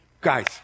guys